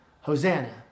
Hosanna